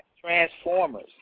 Transformers